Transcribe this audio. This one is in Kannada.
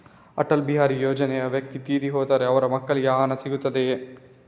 ಅಟಲ್ ಬಿಹಾರಿ ಯೋಜನೆಯ ವ್ಯಕ್ತಿ ತೀರಿ ಹೋದರೆ ಅವರ ಮಕ್ಕಳಿಗೆ ಆ ಹಣ ಸಿಗುತ್ತದೆಯೇ?